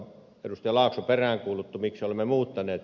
laakso peräänkuulutti miksi olemme muuttaneet